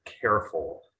careful